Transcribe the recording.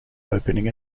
opening